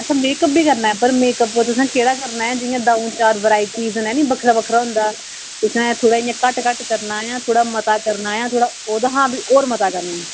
अच्छा makeup बी करना पर मेक अप तुसें केह्ड़ा में जि'यां द'ऊं चार वैराइटियां दस्सां निं जि'यां बक्खरा बक्खरा होंदा तुसें थोह्ड़ा इ'यां घट्ट घट्ट करना ऐ जां थोह्ड़ा मता करना ऐ जां थोह्ड़ा ओह्दा हां बी होर मता करना ऐ